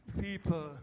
people